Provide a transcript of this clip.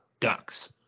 Ducks